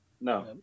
no